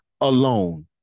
alone